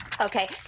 Okay